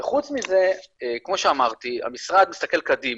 אבל חוץ מזה, כמו שאמרתי, המשרד מסתכל קדימה,